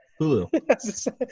Hulu